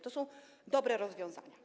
To są dobre rozwiązania.